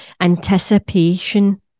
anticipation